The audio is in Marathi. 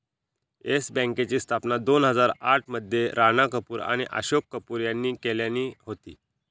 येस बँकेची स्थापना दोन हजार आठ मध्ये राणा कपूर आणि अशोक कपूर यांनी केल्यानी होती